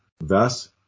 Thus